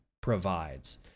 provides